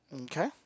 Okay